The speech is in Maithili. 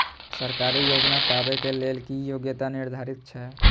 सरकारी योजना पाबे के लेल कि योग्यता निर्धारित छै?